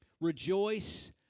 rejoice